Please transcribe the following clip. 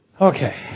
Okay